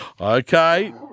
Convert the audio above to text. Okay